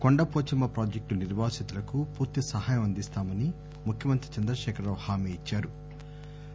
Kondapochamma project నిర్వాసితులకు పూర్తి సహాయం అందిస్తామని ముఖ్యమంత్రి చంద్రశేఖర్ రావు హామీ ఇచ్చారు